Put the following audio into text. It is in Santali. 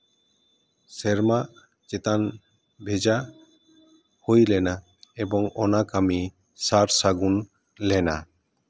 ᱥᱮᱨᱢᱟ ᱪᱮᱛᱟᱱ ᱵᱷᱮᱡᱟ ᱦᱩᱭ ᱞᱮᱱᱟ ᱮᱵᱚᱝ ᱚᱱᱟ ᱠᱟᱹᱢᱤ ᱥᱟᱨ ᱥᱟᱹᱜᱩᱱ ᱞᱮᱱᱟ